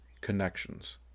connections